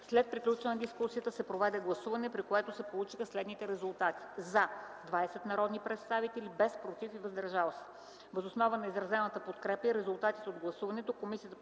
След приключване на дискусията се проведе гласуване, при което се получиха следните резултати: „за” – 20 народни представители, без „против” и „въздържали се”. Въз основа на изразената подкрепа и резултатите от гласуването Комисията